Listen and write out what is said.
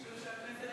כמה שנאת ישראל יש,